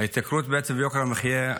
ויוקר המחיה.